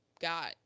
got